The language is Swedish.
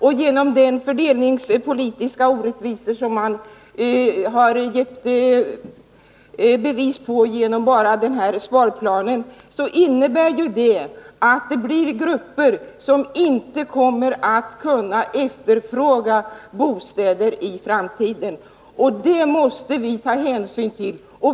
Och de fördelningspolitiska orättvisor som blir resultatet av sparplanen medför att vissa grupper i framtiden inte kommer att kunna efterfråga bostäder. Det måste vi ta hänsyn till.